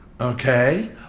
Okay